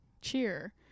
cheer